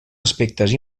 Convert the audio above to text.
aspectes